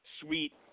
sweet